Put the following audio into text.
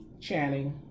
Channing